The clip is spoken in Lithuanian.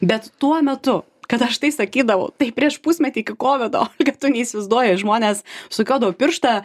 bet tuo metu kad aš tai sakydavau tai prieš pusmetį iki kovido tu neįsivaizduoji žmonės sukiodavo pirštą